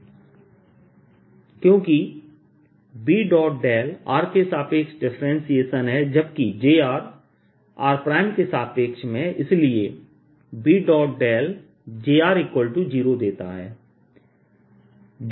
ABBA ABAB BA BBx∂xBy∂yBz∂z Ajr Br rr r3 क्योंकि B rके सापेक्ष डिफरेंटशिएशन है जबकि jr r के सापेक्ष में है इसलिए Bjr0 देता है